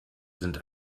sind